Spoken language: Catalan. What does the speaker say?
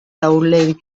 taulell